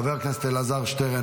חבר הכנסת אלעזר שטרן,